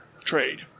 trade